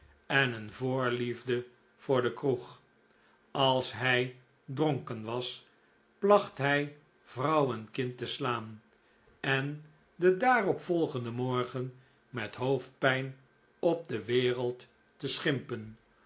en een voorliefde voor de kroeg als hij dronken was placht hij vrouw en kind te slaan en den daarop volgenden morgen met hoofdpijn op de wereld te schimpen